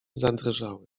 zadrżały